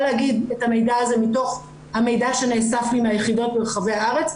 להגיד את המידע הזה מתוך המידע שנאסף לי מהיחידות ברחבי הארץ,